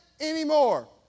anymore